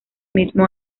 mismo